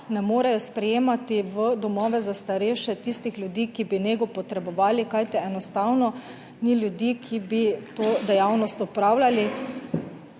ne morejo sprejemati v domove za starejše tistih ljudi, ki bi nego potrebovali, kajti enostavno ni ljudi, ki bi to dejavnost opravljali.